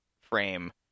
frame